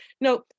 no